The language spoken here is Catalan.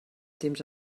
temps